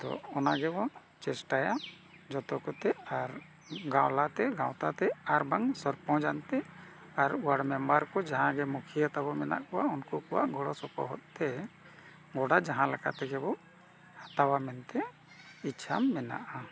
ᱛᱚ ᱚᱱᱟᱜᱮᱵᱚᱱ ᱪᱮᱥᱴᱟᱭᱟ ᱡᱷᱚᱛᱚ ᱠᱚᱛᱮ ᱟᱨ ᱜᱟᱶᱞᱟ ᱛᱮ ᱜᱟᱶᱛᱟ ᱛᱮ ᱟᱨ ᱵᱟᱝ ᱥᱚᱨᱯᱚᱸᱡᱽ ᱟᱱᱛᱮ ᱟᱨ ᱳᱣᱟᱨᱰ ᱢᱮᱢᱵᱟᱨ ᱠᱚ ᱡᱟᱦᱟᱸ ᱜᱮ ᱢᱩᱠᱷᱤᱭᱟᱹ ᱛᱟᱵᱚᱱ ᱢᱮᱱᱟᱜ ᱠᱚᱣᱟ ᱩᱱᱠᱩ ᱠᱚᱣᱟᱜ ᱜᱚᱲᱚ ᱥᱚᱯᱚᱦᱚᱫ ᱛᱮ ᱜᱚᱰᱟ ᱡᱟᱦᱟᱸ ᱞᱮᱠᱟ ᱛᱮᱜᱮ ᱵᱚᱱ ᱦᱟᱛᱟᱣᱟ ᱢᱮᱱᱛᱮ ᱤᱪᱪᱷᱟᱹ ᱢᱮᱱᱟᱜᱼᱟ